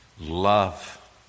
love